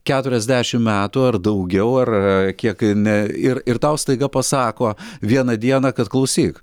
keturiasdešim metų ar daugiau ar kiek ne ir ir tau staiga pasako vieną dieną kad klausyk